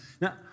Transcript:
Now